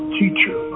teacher